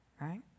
right